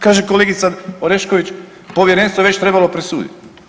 Kaže kolegica Orešković povjerenstvo je već trebalo presuditi.